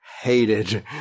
hated